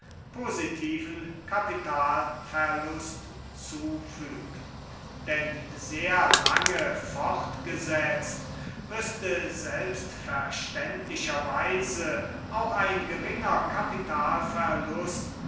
positiven kapitalverlust zufügt denn sehr lange fortgesetzt müßte selbstverständlicherweise auch ein geringer kapitalverlust